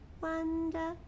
wonder